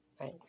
right